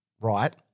right